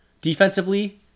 Defensively